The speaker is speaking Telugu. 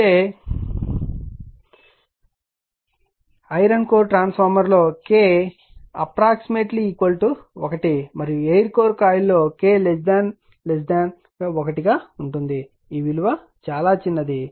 అయితే ఐరన్ కోర్ ట్రాన్స్ఫార్మర్ లో K 1 మరియు ఎయిర్ కోర్ కాయిల్ లో K 1 గా ఉంటుందిఈ విలువ చాలా చిన్నది